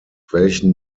welchen